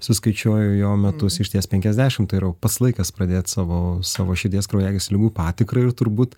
suskaičiuoju jo metus išties penkiasdešimt tai yra jau pats laikas pradėt savo savo širdies kraujagyslių ligų patikrą ir turbūt